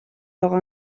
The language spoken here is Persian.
اقا